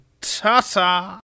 ta-ta